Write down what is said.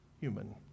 human